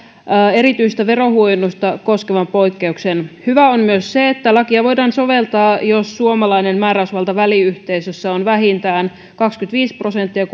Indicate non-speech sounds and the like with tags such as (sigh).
erityistä verohuojennusta koskevan poikkeuksen hyvää on myös se että lakia voidaan soveltaa jos suomalainen määräysvalta väliyhteisössä on vähintään kaksikymmentäviisi prosenttia (unintelligible)